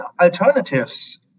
alternatives